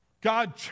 God